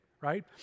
right